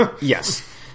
yes